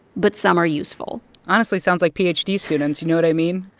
but some are useful honestly, sounds like ph d. students. you know what i mean?